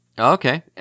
Okay